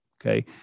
Okay